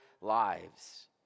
lives